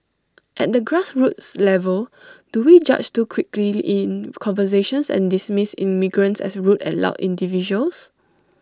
at the grassroots level do we judge too quickly in conversations and dismiss immigrants as rude and loud individuals